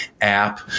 app